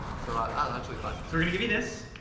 so, i'm ah actually fine. so, we're gonna give you this.